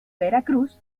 veracruz